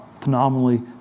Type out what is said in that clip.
phenomenally